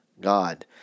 God